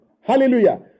Hallelujah